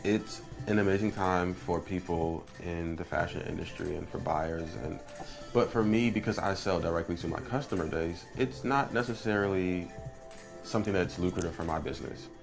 it's an amazing time for people in the fashion industry and for buyers. and but for me because i sell directly to my customer base it's not necessarily something that's lucrative for my business.